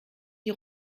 die